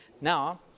Now